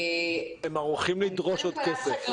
הם ערוכים לדרוש עוד כסף.